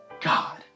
God